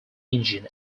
engine